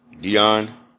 Dion